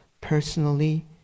personally